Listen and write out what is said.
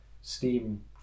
Steam